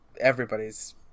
everybody's